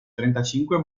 trentacinque